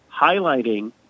highlighting